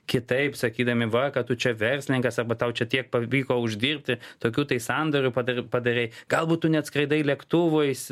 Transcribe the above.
kitaip sakydami va ką tu čia verslininkas arba tau čia tiek pavyko uždirbti tokių tai sandoriu padarei galbūt tu net skraidai lėktuvais